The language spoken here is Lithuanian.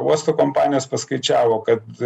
uosto kompanijos paskaičiavo kad